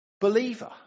believer